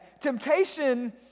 temptation